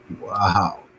Wow